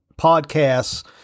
podcasts